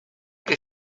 che